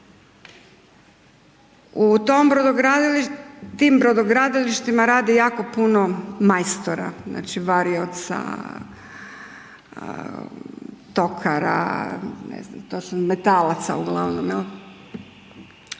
tim brodogradilištima radi jako puno majstora, znači varioca, tokara, ne znam točno,